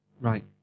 Right